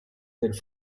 del